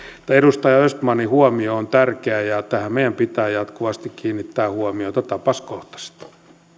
edustaja östmanin huomio on tärkeä ja tähän meidän pitää jatkuvasti kiinnittää huomiota tapauskohtaisesti